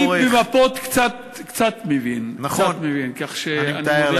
אני במפות קצת מבין, נכון, אני מתאר לעצמי.